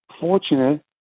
fortunate